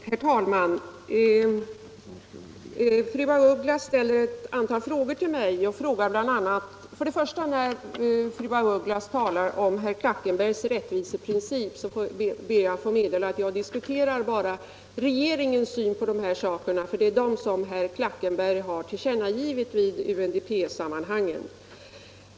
Herr talman! Fru af Ugglas ställer ett antal frågor till mig. När det till att börja med gäller det som fru af Ugglas säger om herr Klackenbergs rättviseprincip ber jag att få meddela att jag bara diskuterar regeringens syn på dessa saker; det är den som herr Klackenberg har tillkännagivit i UNDP-sammanhang.